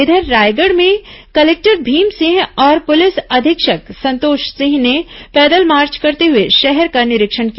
इधर रायगढ़ में कलेक्टर भीम सिंह और पुलिस अधीक्षक संतोष सिंह ने पैदल मार्च करते हुए शहर का निरीक्षण किया